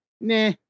nah